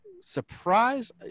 Surprise